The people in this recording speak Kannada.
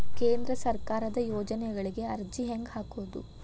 ಕೇಂದ್ರ ಸರ್ಕಾರದ ಯೋಜನೆಗಳಿಗೆ ಅರ್ಜಿ ಹೆಂಗೆ ಹಾಕೋದು?